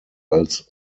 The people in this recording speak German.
als